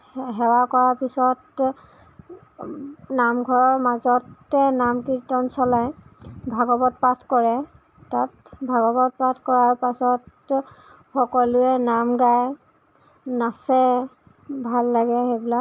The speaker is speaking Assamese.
সে সেৱা কৰা পিছত নামঘৰৰ মাজতে নামকীৰ্তন চলায় ভাগৱত পাঠ কৰে তাত ভাগৱত পাঠ কৰাৰ পিছত সকলোৱে নাম গায় নাচে ভাল লাগে সেইবিলাক